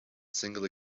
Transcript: single